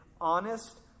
honest